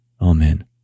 Amen